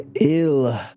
ill